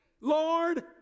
Lord